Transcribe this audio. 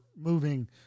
moving